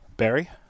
Barry